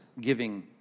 giving